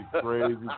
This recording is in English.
crazy